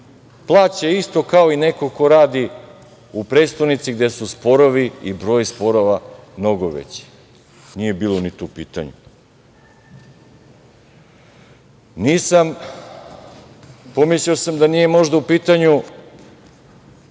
plaća isto kao i neko ko radi u prestonici, gde su sporovi i broj sporova mnogo veći. Nije bilo ni tu pitanja. Pomislio sam da nije možda u pitanju